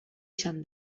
izan